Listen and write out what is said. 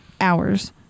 hours